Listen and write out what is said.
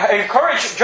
encourage